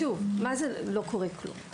מה זה "לא קורה כלום"?